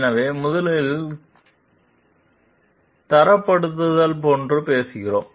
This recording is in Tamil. எனவே முதலில் தரப்படுத்தல் போல பேசுகிறோம்